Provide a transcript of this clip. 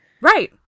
Right